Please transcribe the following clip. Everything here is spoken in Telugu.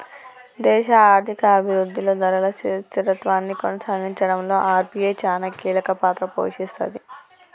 దేశ ఆర్థిక అభిరుద్ధిలో ధరల స్థిరత్వాన్ని కొనసాగించడంలో ఆర్.బి.ఐ చానా కీలకపాత్ర పోషిస్తది